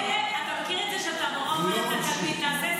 אתה מכיר את זה שהמורה אומרת לתלמיד: תעשה סיבוב ותחזור?